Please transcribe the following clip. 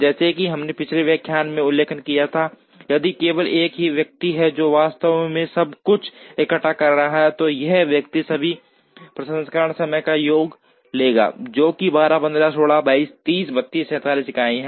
जैसा कि हमने पिछले व्याख्यान में उल्लेख किया है यदि केवल एक ही व्यक्ति है जो वास्तव में सब कुछ इकट्ठा कर रहा है तो यह व्यक्ति सभी प्रसंस्करण समय का योग लेगा जो कि 12 15 16 22 30 32 47 इकाइयां हैं